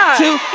two